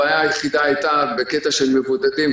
הבעיה היחידה הייתה בקטע של מבודדים,